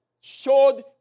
showed